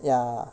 ya